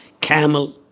camel